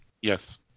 Yes